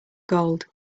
gold